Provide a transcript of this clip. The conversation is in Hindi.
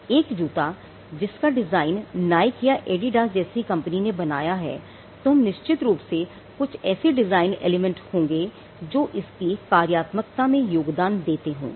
एक जूता जिसका डिजाइन नाइक या एडिडास जैसी कंपनी ने बनाया है तो इसमें निश्चित रूप से कुछ ऐसे डिजाइन एलिमेंट होंगे जो इसकी कार्यात्मकता में योगदान देते होंगे